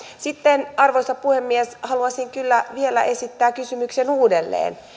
sitten arvoisa puhemies haluaisin kyllä vielä esittää kysymyksen uudelleen